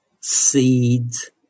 seeds